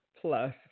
plus